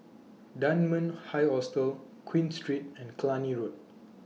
Dunman High Hostel Queen Street and Cluny Road